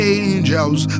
angels